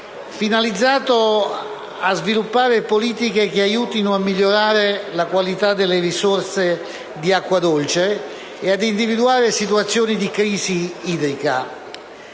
finalizzato a sviluppare politiche che aiutino a migliorare la qualità delle risorse di acqua dolce e ad individuare situazioni di crisi idrica.